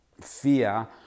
fear